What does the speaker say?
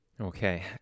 Okay